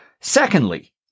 Secondly